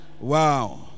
wow